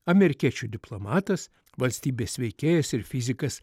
amerikiečių diplomatas valstybės veikėjas ir fizikas